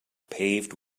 paved